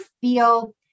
feel